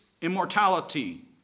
immortality